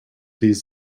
these